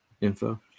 info